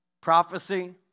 prophecy